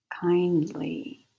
Kindly